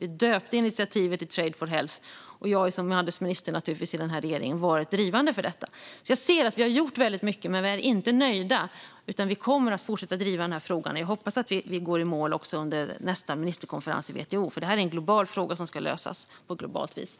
Vi döpte initiativet till Trade for Health, och jag har som handelsminister i regeringen varit drivande för detta. Jag ser att vi har gjort väldigt mycket, men vi är inte nöjda. Vi kommer att fortsätta att driva frågan, och jag hoppas att vi går i mål under nästa ministerkonferens i WTO. Det här är en global fråga som ska lösas på globalt vis.